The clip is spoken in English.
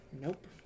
nope